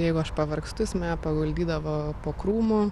jeigu aš pavargstu jis mane paguldydavo po krūmu